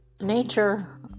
nature